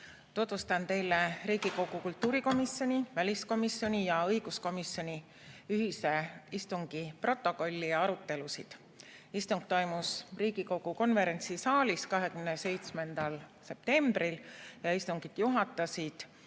Tutvustan teile Riigikogu kultuurikomisjoni, väliskomisjoni ja õiguskomisjoni ühise istungi protokolli ja arutelusid. Istung toimus Riigikogu konverentsisaalis 27. septembril. Istungit juhatasid